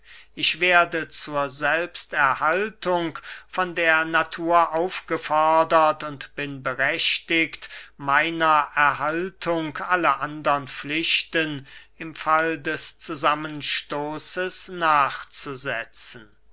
ich werde zur selbsterhaltung von der natur aufgefordert und bin berechtigt meiner erhaltung alle andern pflichten im fall des zusammenstoßes nachzusetzen